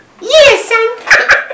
Yes